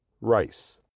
Rice